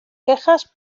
quejas